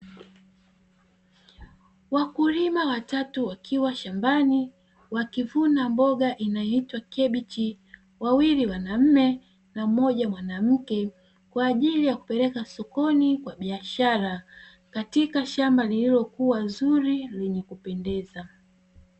Wakulima watatu wakiwa shambani wakivuna mboga inayoitwa kabichi, wawili wanaume na mmoja mwanamke kwajili ya kupeleka sokoni kwa biashara katika shamba lililokua zuri lenye kupendeza.